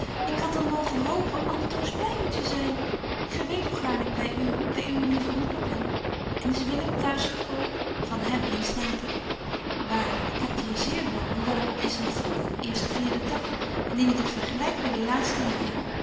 ik had dan mogen hopen altoos by u te zyn gy weet hoe gaarn ik by u by uwe lieve moeder ben en is willem t'huisgekomen van hem eens nader waarlyk ik heb het hier zeer wel hoewel het is nog vroeg eerst de vierde dag indien ik het vergelyk by de laatste jaren